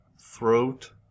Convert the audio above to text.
throat